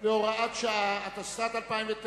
והוראת שעה), התשס"ט 2009,